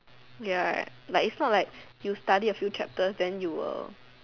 ya like is not like you study a few chapter then you will